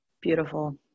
Beautiful